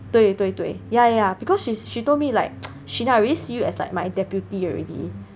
<mandarin对对对:dui dui dui ya ya because she's she told me like Sheena I really see you as like my deputy already